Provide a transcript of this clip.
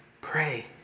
Pray